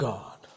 God